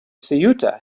ceuta